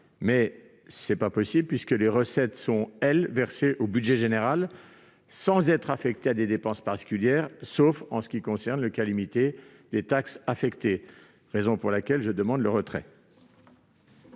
Mais cela n'est pas possible, puisque les recettes sont versées au budget général, sans être affectées à des dépenses particulières, sauf dans le cas limité des taxes affectées. C'est la raison pour laquelle je demande le retrait